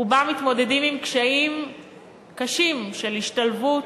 רובם מתמודדים עם קשיים קשים של השתלבות,